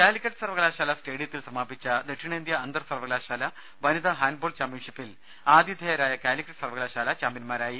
കാലിക്കറ്റ് സർവകലാശാല സ്റ്റേഡിയത്തിൽ സമാപിച്ച ദക്ഷിണേന്ത്യാ അന്തർസർവകലാശാല വനിതാ ഹാന്റ് ബാൾ ചാംപ്യൻഷിപ്പിൽ ആതിഥേയരായ കാലിക്കറ്റ് സർവകലാശാല ചാംപ്യൻമാരായി